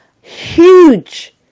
huge